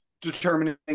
determining